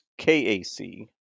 KAC